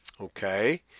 Okay